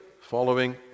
following